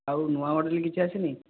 ଆଉ ନୂଆ ମଡ଼େଲ କିଛି ଆସିନି